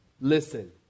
Listen